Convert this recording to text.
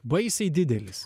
baisiai didelis